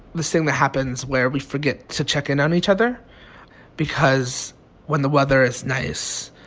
this thing that happens where we forget to check in on each other because when the weather is nice,